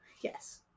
Yes